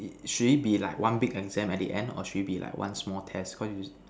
it should it be like one big exam at the end or should it be like one small test cause